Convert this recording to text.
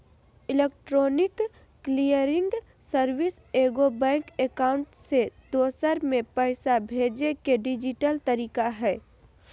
electronic clearing service एगो bank account से दूसर में पैसा भेजय के डिजिटल तरीका हइ